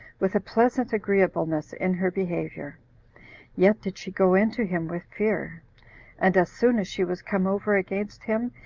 with a pleasant agreeableness in her behavior yet did she go in to him with fear and as soon as she was come over against him,